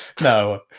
No